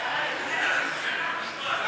את הצעת חוק